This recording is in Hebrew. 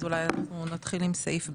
אז אולי נתחיל עם סעיף ב'.